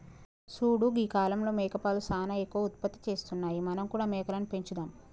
చూడు గీ కాలంలో మేకపాలు సానా ఎక్కువ ఉత్పత్తి చేస్తున్నాయి మనం కూడా మేకలని పెంచుదాం